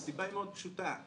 הסיבה היא מאוד פשוטה.